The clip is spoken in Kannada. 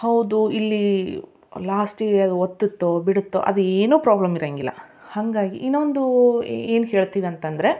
ಹೌದು ಇಲ್ಲೀ ಲಾಸ್ಟಿಗೆ ಅದು ಒತ್ತುತ್ತೋ ಬಿಡುತ್ತೊ ಅದು ಏನೂ ಪ್ರಾಬ್ಲಮ್ ಇರೋಂಗಿಲ್ಲ ಹಾಗಾಗಿ ಇನ್ನೊಂದೂ ಏನು ಹೇಳ್ತೀವಿ ಅಂತಂದರೆ